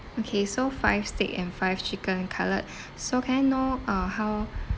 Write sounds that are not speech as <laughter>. okay so five steak and five chicken cutlet <breath> so can I know uh how <breath>